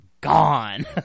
gone